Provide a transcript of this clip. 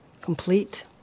complete